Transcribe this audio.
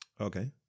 Okay